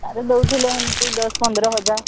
ଦେଉଥିଲେ ସେମିତି ଦଶ ପନ୍ଦର ହଜାର